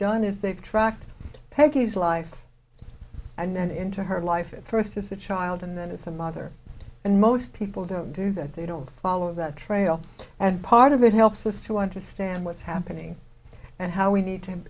done is they've tracked peggy's life and into her life first as a child and then as a mother and most people don't do that they don't follow that trail and part of it helps us to understand what's happening and how we need to